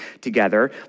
together